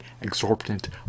exorbitant